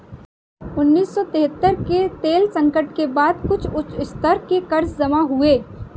उन्नीस सौ तिहत्तर के तेल संकट के बाद कुछ उच्च स्तर के कर्ज जमा हुए